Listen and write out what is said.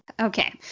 Okay